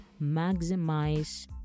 maximize